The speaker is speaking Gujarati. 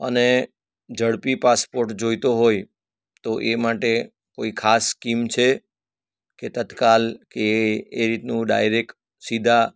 અને ઝડપી પાસપોર્ટ જોઈતો હોય તો એ માટે કોઈ ખાસ સ્કીમ છે કે તત્કાલ કે એ રીતનું ડાઇરેક્ટ સીધા